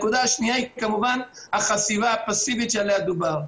התייחסתי לכך גם בשבוע שעבר.